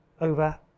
over